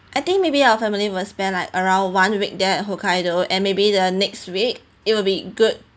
I think maybe our family will spend like around one week there at hokkaido and maybe the next week it will be good